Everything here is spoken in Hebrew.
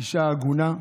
אישה הגונה,